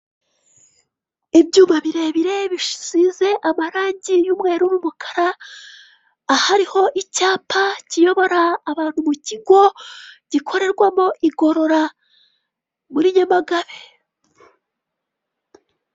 Ibyuma birebire bisize amarangi y'umweru n'umukara, ahariho icyapa kiyobora abantu mu kigo gikorerwamo igorora muri Nyamagabe.